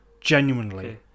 genuinely